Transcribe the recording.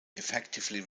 effectively